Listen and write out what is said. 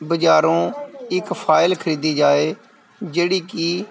ਬਾਜ਼ਾਰੋਂ ਇੱਕ ਫਾਇਲ ਖਰੀਦੀ ਜਾਏ ਜਿਹੜੀ ਕਿ